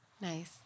Nice